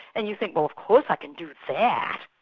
and you think, well of course i can do that.